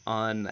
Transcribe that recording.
on